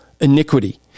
iniquity